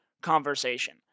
conversation